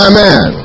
Amen